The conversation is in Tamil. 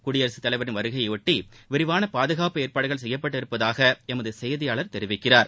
குடியரசுத் தலைவரின் வருகையையாட்டி விரிவான பாதுகாப்பு செய்யப்பட்டிருப்பதாக எமது செய்தியாளர் தெரிவிக்கிறார்